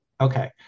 Okay